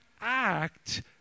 act